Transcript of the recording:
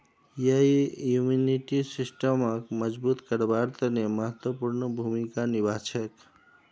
यई इम्यूनिटी सिस्टमक मजबूत करवार तने महत्वपूर्ण भूमिका निभा छेक